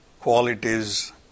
qualities